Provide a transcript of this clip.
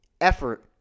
effort